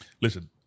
Listen